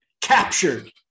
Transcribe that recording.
Captured